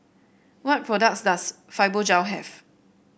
what products does Fibogel have